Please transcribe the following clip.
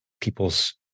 people's